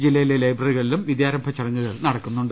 ജില്ലയിലെ ലൈബ്രറികളിലും വിദ്യാരംഭ ചട ട ങ്ങുകൾ നടക്കുന്നുണ്ട്